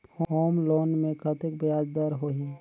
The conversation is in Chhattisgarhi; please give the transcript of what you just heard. होम लोन मे कतेक ब्याज दर होही?